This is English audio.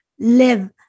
live